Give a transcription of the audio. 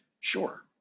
Sure